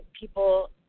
people